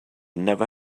never